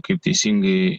kaip teisingai